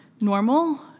normal